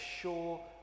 sure